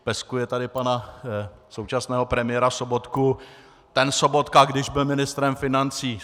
Peskuje tady pana současného premiéra Sobotku: Ten Sobotka, když byl ministrem financí...